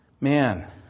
man